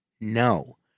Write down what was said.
No